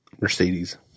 Mercedes